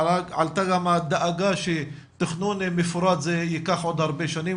עלתה גם הדאגה שתכנון מפורט זה ייקח עוד הרבה שנים,